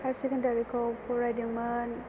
higher secondary खौ फरायदोंमोन